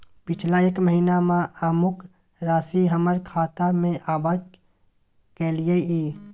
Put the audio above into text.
पिछला एक महीना म अमुक राशि हमर खाता में आबय कैलियै इ?